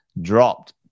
dropped